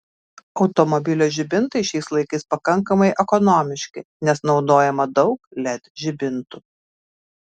automobilio žibintai šiais laikais pakankamai ekonomiški nes naudojama daug led žibintų